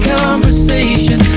conversation